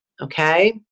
Okay